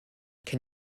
can